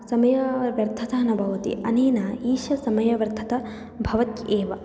समयव्यर्थता न भवति अनेन ईषत् समयव्यर्थता भवति एव